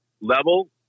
level